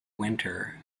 winter